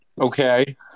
Okay